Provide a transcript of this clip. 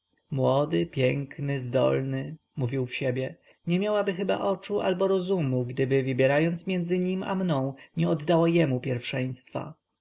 młody piękny zdolny mówił w sobie nie miałaby chyba oczu albo rozumu gdyby wybierając między nim i mną nie oddała jemu pierwszeństwa